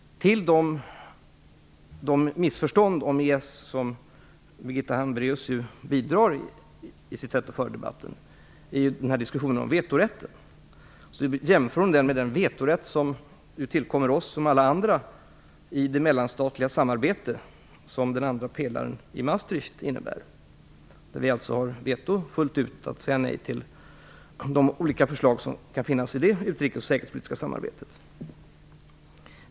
Till de missförstånd om EES som Birgitta Hambraeus bidrar till att sprida med sitt sätt att föra debatten hör diskussionen om vetorätten. Birgitta Hambraeus jämför den med den vetorätt som tillkommer oss som alla andra i det mellanstatliga samarbete som är den andra pelaren i Maastrichtavtalet, där vi har rätt fullt ut att säga nej till förslag som kan föras fram i det utrikes och säkerhetspolitiska samarbetet.